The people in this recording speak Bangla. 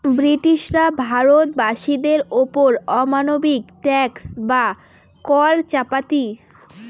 ব্রিটিশরা ভারত বাসীদের ওপর অমানবিক ট্যাক্স বা কর চাপাতি